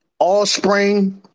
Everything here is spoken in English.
Allspring